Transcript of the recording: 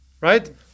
Right